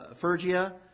Phrygia